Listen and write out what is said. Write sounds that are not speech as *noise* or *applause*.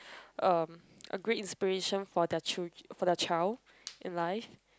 *breath* um a great inspiration for their chil~ for their child in life